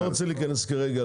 אני לא רוצה להיכנס כרגע